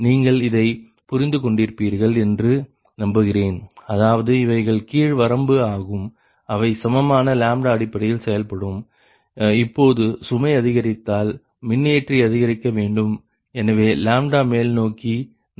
நீங்கள் இதை புரிந்துகொண்டிருப்பீர்கள் என்று நம்புகிறேன் அதாவது இவைகள் கீழ் வரம்பு ஆகும் அவை சமமான அடிப்படையில் செயல்படும் இப்பொழுது சுமை அதிகரித்தால் மின்னியற்றி அதிகரிக்க வேண்டும் எனவே மேல்நோக்கி நகர்கிறது